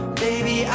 baby